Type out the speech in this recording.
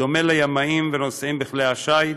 בדומה לימאים ולנוסעים בכלי שיט,